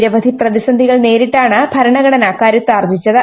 നിരവധി പ്രതിസന്ധികൾ നേരിട്ടാണ് ഭരണഘടന കരുത്താർജിച്ചത്